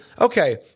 okay